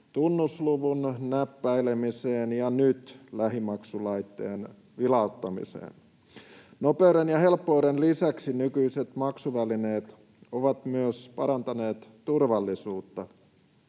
tunnusluvun näppäilemiseen ja nyt lähimaksulaitteelle vilauttamiseen. Nopeuden ja helppouden lisäksi nykyiset maksuvälineet ovat myös parantaneet turvallisuutta.